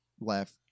left